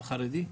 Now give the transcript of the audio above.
החרדי?